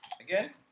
Again